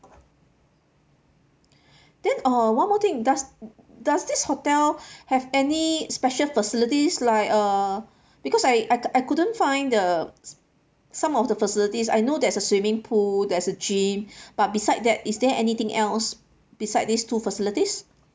then uh one more thing does does this hotel have any special facilities like uh because I I I couldn't find the some of the facilities I know there's a swimming pool there's a gym but beside that is there anything else beside these two facilities